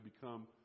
become